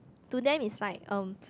to them is like um